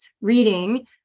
reading